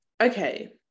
okay